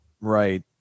Right